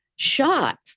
shot